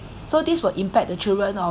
so this will impact the children oh